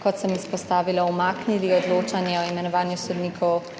kot sem izpostavila, umaknili odločanje o imenovanju sodnikov